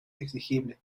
exigible